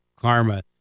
karma